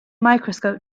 microscope